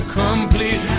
complete